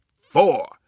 four